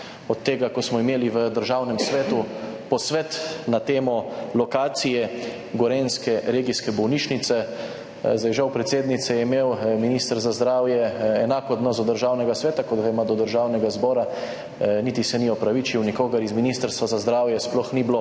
odkar smo imeli v Državnem svetu posvet na temo lokacije gorenjske regijske bolnišnice. Žal, predsednica, je imel minister za zdravje enak odnos do Državnega sveta, kot ga ima do Državnega zbora, niti se ni opravičil, nikogar z Ministrstva za zdravje sploh ni bilo